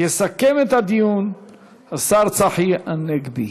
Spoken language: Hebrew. יסכם את הדיון השר צחי הנגבי.